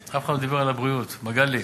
התחלתי בכוונה בחינוך, כי זה נושא שקרוב אלייך.